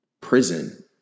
prison